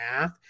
math